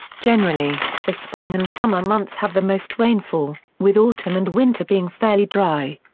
generally, the spring and summer months have the most rainfall, with autumn and winter being fairly dry.